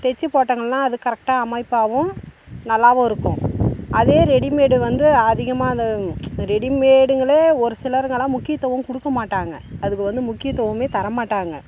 தச்சி போட்டங்கள்னா அது கரெக்ட்டாக அமைப்பாகவும் நல்லாவும் இருக்கும் அதே ரெடிமேடு வந்து அதிகமாக அந்த ரெடிமேடுங்களே ஒரு சிலருங்களா முக்கியத்துவம் கொடுக்கமாட்டாங்க அதுக்கு வந்து முக்கியத்துவமே தரமாட்டாங்க